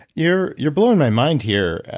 you're you're blowing my mind here.